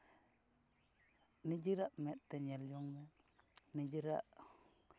ᱱᱤᱡᱮᱨᱟᱜ ᱢᱮᱸᱫᱛᱮ ᱧᱮᱞ ᱡᱚᱝᱢᱮ ᱱᱤᱡᱮᱨᱟᱜ